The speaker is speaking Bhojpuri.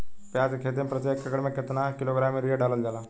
प्याज के खेती में प्रतेक एकड़ में केतना किलोग्राम यूरिया डालल जाला?